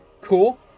Cool